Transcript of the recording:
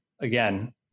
again